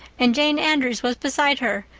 and jane andrews was beside her,